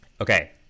Okay